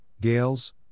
Gales